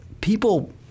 people